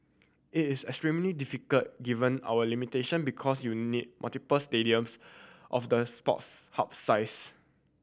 it is extremely difficult given our limitation because you need multiple stadiums of the Sports Hub size